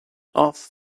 off